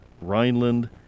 Rhineland